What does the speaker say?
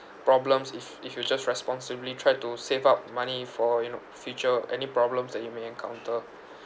problems if if you just responsibly try to save up money for you know future any problems that you may encounter